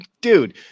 dude